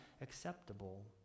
acceptable